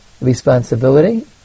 responsibility